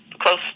close